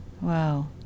Wow